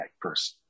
person